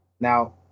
Now